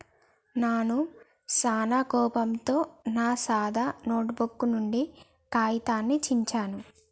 నాను సానా కోపంతో నా సాదా నోటుబుక్ నుండి కాగితాన్ని చించాను